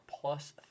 plus